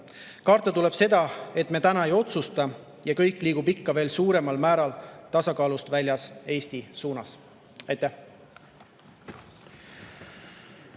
Karta tuleb seda, et me täna ei otsusta ja kõik liigub veel suuremal määral tasakaalust väljas Eesti suunas. Aitäh!